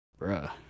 Bruh